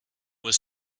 was